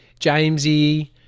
Jamesy